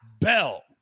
Bell